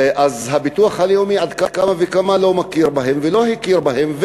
אז הביטוח הלאומי על אחת כמה וכמה לא מכיר בהם ולא הכיר בהם,